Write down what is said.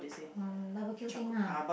um barbecue thing lah